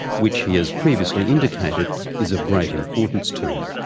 which he has previously indicated is of great importance to him.